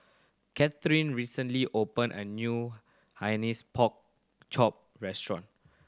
Katheryn recently opened a new Hainanese Pork Chop restaurant